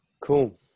Cool